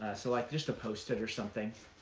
so like just a post-it or something.